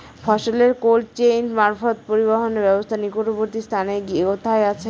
ফসলের cold chain মারফত পরিবহনের ব্যাবস্থা নিকটবর্তী স্থানে কোথায় আছে?